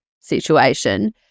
situation